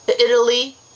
Italy